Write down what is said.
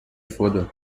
further